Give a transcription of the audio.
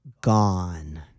Gone